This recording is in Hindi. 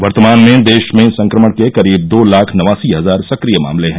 वर्तमान में देश में संक्रमण के करीब दो लाख नवासी हजार सक्रिय मामले हैं